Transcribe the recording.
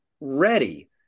ready